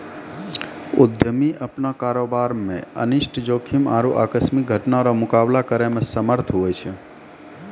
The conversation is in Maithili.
उद्यमी अपनो कारोबार मे अनिष्ट जोखिम आरु आकस्मिक घटना रो मुकाबला करै मे समर्थ हुवै छै